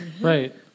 Right